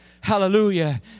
hallelujah